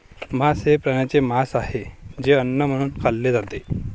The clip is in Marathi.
मांस हे प्राण्यांचे मांस आहे जे अन्न म्हणून खाल्ले जाते